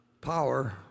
power